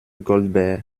goldberg